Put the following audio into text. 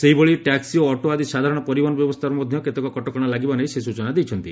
ସେହିଭଳି ଟ୍ୟକ୍ ଓ ଅଟୋ ଆଦି ସାଧାରଣ ପରିବହନ ବ୍ୟବସ୍କା ଉପରେ ମଧା କେତେକ କଟକଶା ଲାଗିବା ନେଇ ସେ ସୂଚନା ଦେଇଛନ୍ତି